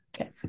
Okay